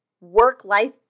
work-life